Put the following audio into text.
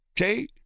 Okay